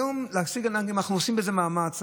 היום להשיג נהגים, אנחנו עושים בזה מאמץ.